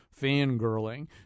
Fangirling